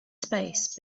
space